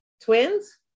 twins